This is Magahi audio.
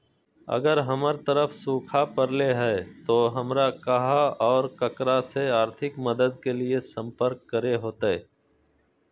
अगर हमर तरफ सुखा परले है तो, हमरा कहा और ककरा से आर्थिक मदद के लिए सम्पर्क करे होतय?